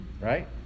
right